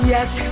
Yes